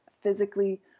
physically